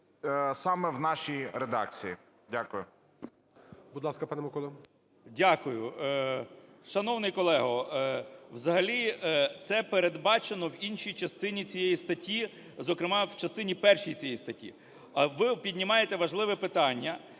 саме в нашій редакції. Дякую. ГОЛОВУЮЧИЙ. Будь ласка, пане Миколо. 10:57:23 КНЯЖИЦЬКИЙ М.Л. Дякую. Шановний колего, взагалі це передбачено в іншій частині цієї статті, зокрема в частині першій цієї статті. Ви піднімаєте важливе питання.